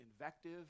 invective